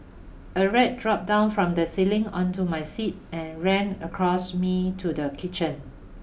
a rat dropped down from the ceiling onto my seat and ran across me to the kitchen